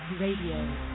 Radio